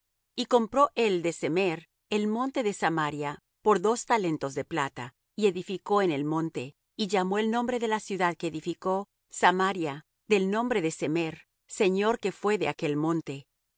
y compró él de semer el monte de samaria por dos talentos de plata y edificó en el monte y llamó el nombre de la ciudad que edificó samaria del nombre de semer señor que fué de aquel monte